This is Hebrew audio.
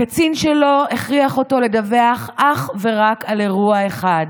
הקצין שלו הכריח אותו לדווח אך ורק על אירוע אחד.